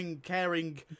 caring